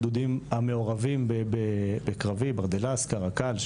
הגדודים המעורבים בקרבות ברדלס קרקל,